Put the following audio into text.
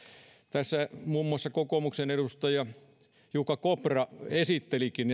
tässä muun muassa kokoomuksen edustaja jukka kopra esittelikin